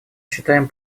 считаем